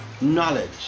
knowledge